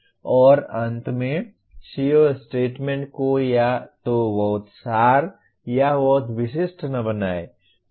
और अंत में CO स्टेटमेंट को या तो बहुत सार या बहुत विशिष्ट न बनाएं